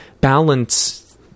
balance